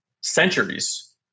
centuries